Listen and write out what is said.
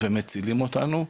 ומצילים אותנו,